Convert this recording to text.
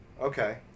Okay